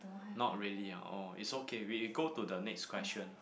not really ah oh it's okay we we go to the next question